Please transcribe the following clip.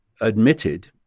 admitted